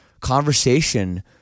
conversation